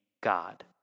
God